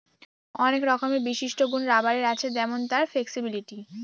অনেক রকমের বিশিষ্ট গুন রাবারের আছে যেমন তার ফ্লেক্সিবিলিটি